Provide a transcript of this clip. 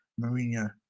Mourinho